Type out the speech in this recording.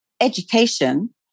Education